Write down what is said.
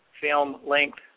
film-length